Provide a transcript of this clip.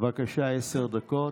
דקות.